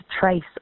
trace